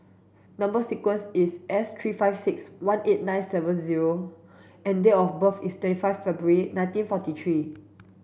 number sequence is S three five six one eight nine seven zero and date of birth is twenty five February nineteen forty three